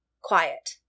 quiet